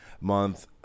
month